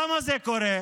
למה זה קורה?